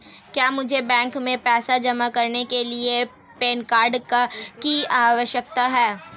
क्या मुझे बैंक में पैसा जमा करने के लिए पैन कार्ड की आवश्यकता है?